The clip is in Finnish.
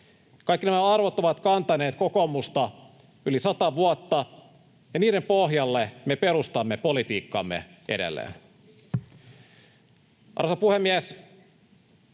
Kaikki nämä arvot ovat kantaneet kokoomusta yli sata vuotta, ja niiden pohjalle me perustamme politiikkamme edelleen. Arvoisa puhemies!